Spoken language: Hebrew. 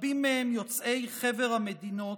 רבים מהם יוצאי חבר המדינות,